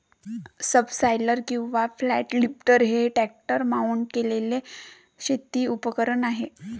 subsoiler किंवा flat lifter हे tractor mount केलेले शेती उपकरण आहे